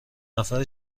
نفر